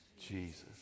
Jesus